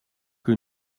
que